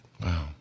Wow